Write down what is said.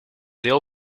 deel